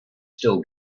still